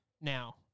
Now